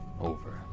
over